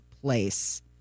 place